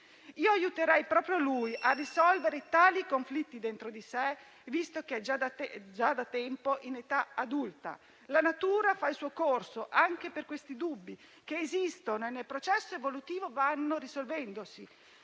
Io aiuterei proprio lui a risolvere tali conflitti dentro di sé, visto che è già da tempo in età adulta. La natura fa il suo corso anche per questi dubbi, che esistono e che vanno risolvendosi